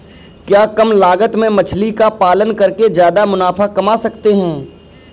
क्या कम लागत में मछली का पालन करके ज्यादा मुनाफा कमा सकते हैं?